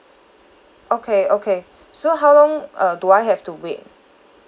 okay okay so how long uh do I have to wait